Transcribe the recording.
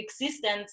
existence